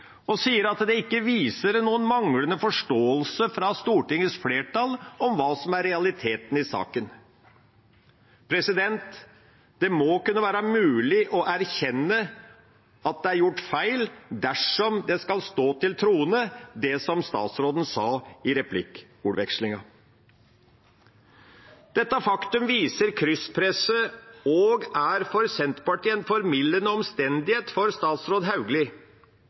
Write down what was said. og sa at det ikke viser noen manglende forståelse fra Stortingets flertall om hva som er realiteten i saken. Det må kunne være mulig å erkjenne at det er gjort feil, dersom det skal stå til troende, det som statsråden sa i replikkvekslingen. Dette faktum viser krysspresset og er for Senterpartiet en formildende omstendighet for tidligere statsråd Hauglie,